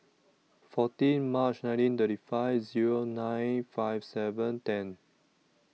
fourteen March nineteen thirty five Zero nine five seven ten